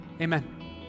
Amen